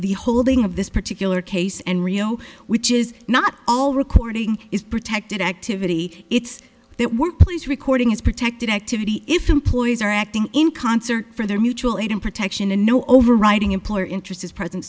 the holding of this particular case and rio which is not all recording is protected activity it's it would please recording is protected activity if employees are acting in concert for their mutual aid and protection and no overriding employer interest is present